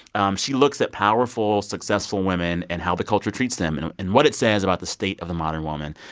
um she looks at powerful, successful women and how the culture treats them and and what it says about the state of the modern woman.